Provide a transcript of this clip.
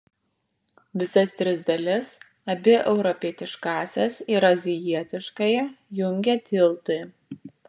visas tris dalis abi europietiškąsias ir azijietiškąją jungia tiltai